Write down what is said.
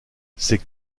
ces